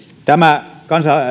tämä